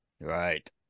Right